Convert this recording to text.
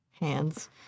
hands